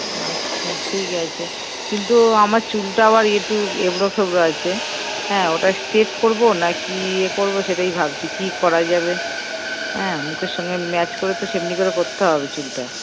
আচ্ছা ঠিক আছে কিন্তু আমার চুলটা আবার একটু এবড়ো খেবড়ো আছে হ্যাঁ ওটা স্ট্রেট করবো নাকি ই করবো সেটাই ভাবছি কী করা যাবে হ্যাঁ মুখের সঙ্গে ম্যাচ করে তো সেমনি করে করতে হবে চুলটা